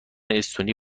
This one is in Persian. استونی